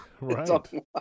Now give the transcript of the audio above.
Right